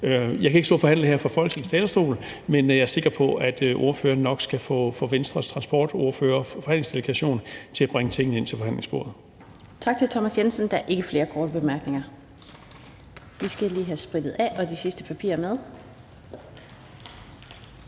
Jeg kan ikke stå her og forhandle fra Folketingets talerstol, men jeg er sikker på, at ordføreren nok skal få Venstres transportordfører og forhandlingsdelegation til at bringe tingene ind til forhandlingsbordet.